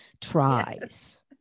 tries